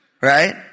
right